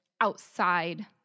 outside